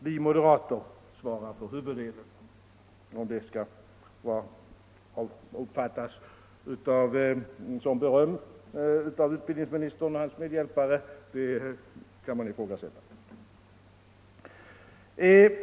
Vi moderater svarar för huvuddelen - om det skall uppfattas som beröm av utbildningsministern och hans medhjälpare kan man ifrågasätta.